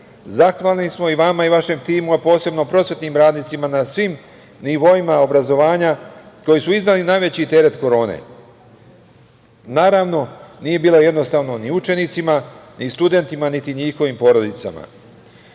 Zahvalni smo vama i vašem timu, a posebno prosvetnim radnicima na svim nivoima obrazovanja koji su izneli najveći teret korone. Naravno, nije bilo jednostavno ni učenicima, ni studentima, niti njihovim porodicama. Još